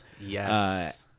yes